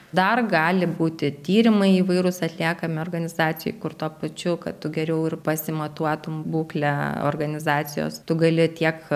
dar gali būti tyrimai įvairūs atliekami organizacijoj kur tuo pačiu kad tu geriau ir pasimatuotum būklę organizacijos tu gali tiek